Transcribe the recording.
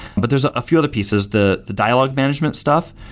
but there's ah a few other pieces, the the dialog management stuff,